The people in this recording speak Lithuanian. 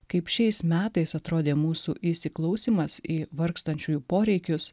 kaip šiais metais atrodė mūsų įsiklausymas į vargstančiųjų poreikius